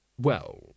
Well